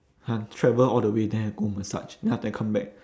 !huh! travel all the way there go massage then after that come back